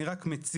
אני רק מציע,